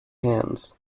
hands